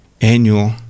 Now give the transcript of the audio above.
annual